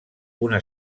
una